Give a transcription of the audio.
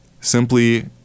simply